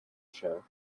show